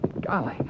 Golly